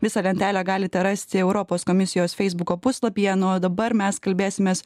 visą lentelę galite rasti europos komisijos feisbuko puslapyje na o dabar mes kalbėsimės